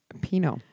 Pinot